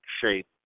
shape